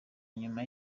nyuma